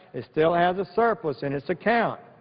it still has a surplus in its account.